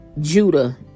Judah